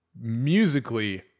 musically